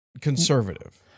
conservative